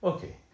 Okay